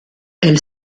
elle